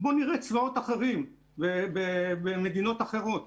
בוא נראה צבאות אחרים במדינות אחרות,